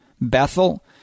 Bethel